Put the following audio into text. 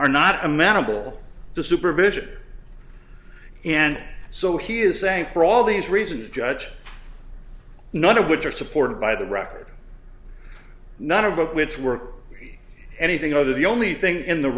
are not amenable to supervision and so he is saying for all these reasons judge none of which are supported by the record not about which were anything other the only thing in the